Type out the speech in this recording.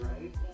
right